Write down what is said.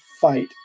fight